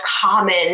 common